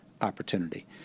opportunity